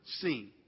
seen